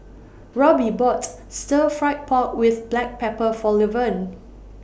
Roby bought Stir Fry Pork with Black Pepper For Levern